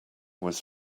was